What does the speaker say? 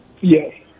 Yes